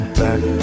back